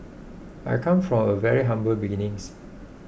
I come from a very humble beginnings